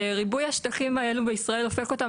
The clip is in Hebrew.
ריבוי השטחים האלו בישראל הופך אותם